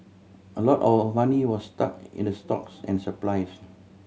a lot of our money was stuck in the stocks and supplies